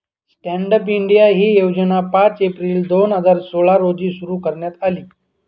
stand up India ही योजना पाच एप्रिल दोन हजार सोळा रोजी सुरु करण्यात आली